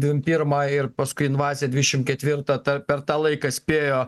dvim pirmą ir paskui invazija dvidešimt ketvirtą tar per tą laiką spėjo